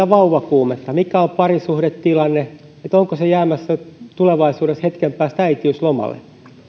vauvakuumetta mikä on parisuhdetilanne onko hän jäämässä tulevaisuudessa hetken päästä äitiyslomalle